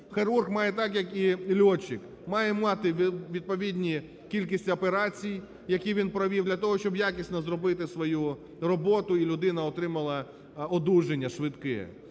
Хірург має так, як і льотчик, має мати відповідну кількість операцій, які він провів для того, щоб якісно зробити свою роботу і людина отримала одужання швидке.